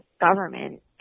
government